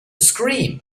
scream